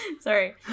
Sorry